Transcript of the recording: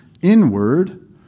inward